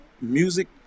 music